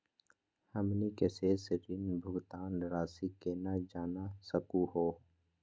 हमनी के शेष ऋण भुगतान रासी केना जान सकू हो?